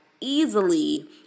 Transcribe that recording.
easily